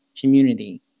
community